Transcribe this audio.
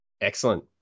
Excellent